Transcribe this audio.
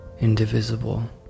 indivisible